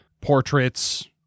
Portraits